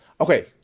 okay